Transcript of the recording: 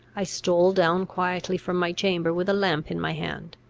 i stole down quietly from my chamber with a lamp in my hand.